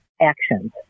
actions